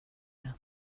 det